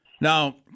Now